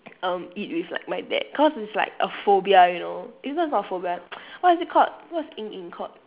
um eat with like my dad cause it's like a phobia you know it's not it's not a phobia what is it called what's 阴影 called